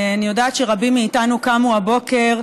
אני יודעת שרבים מאיתנו קמו הבוקר,